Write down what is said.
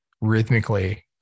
rhythmically